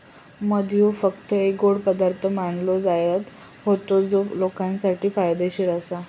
मध ह्यो फक्त एक गोड पदार्थ मानलो जायत होतो जो लोकांसाठी फायदेशीर आसा